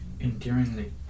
Endearingly